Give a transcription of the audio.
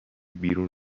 بیرون